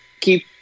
keep